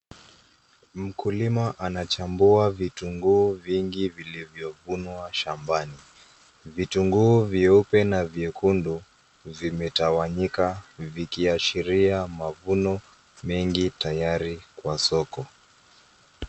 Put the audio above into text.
Mkulima anachambua vitunguu vingi vilivyovunwa shambani. Vitunguu vyeupe na vyekundu, vimetawanyika, vikiashiria mavuno mengi tayari kwa soko.